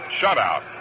shutout